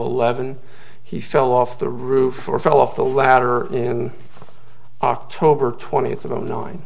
eleven he fell off the roof or fell off the ladder in october twenty